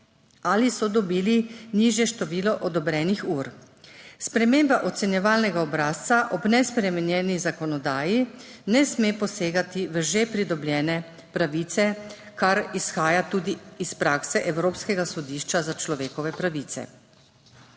ali so dobili nižje število odobrenih ur. Sprememba ocenjevalnega obrazca ob nespremenjeni zakonodaji ne sme posegati v že pridobljene pravice, kar izhaja tudi iz prakse Evropskega sodišča za človekove pravice.